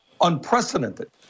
unprecedented